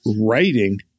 writing